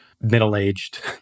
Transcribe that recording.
middle-aged